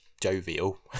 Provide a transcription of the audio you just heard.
jovial